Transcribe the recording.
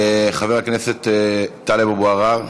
חבר הכנסת טאלב אבו עראר,